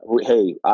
Hey